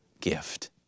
gift